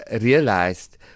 realized